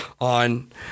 on